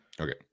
Okay